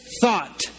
thought